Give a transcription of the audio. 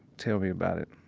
tell me about it.